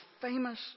famous